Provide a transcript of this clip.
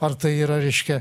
ar tai yra reiškia